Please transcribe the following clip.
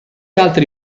altri